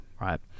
right